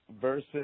versus